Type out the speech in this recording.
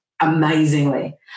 amazingly